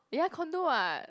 ya condo [what]